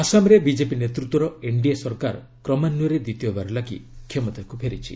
ଆସାମରେ ବିଜେପି ନେତୃତ୍ୱର ଏନ୍ଡିଏ ସରକାର କ୍ରମାନ୍ୱୟରେ ଦ୍ୱିତୀୟବାର ଲାଗି କ୍ଷମତାକୁ ଫେରିଛି